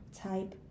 type